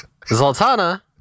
zoltana